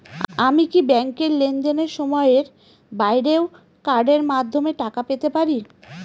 আমি কি ব্যাংকের লেনদেনের সময়ের বাইরেও কার্ডের মাধ্যমে টাকা পেতে পারি?